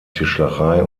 tischlerei